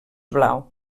blau